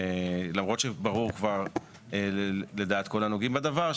למרות שברור כבר לדעת כל הנוגעים בדבר,